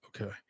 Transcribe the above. Okay